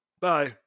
Bye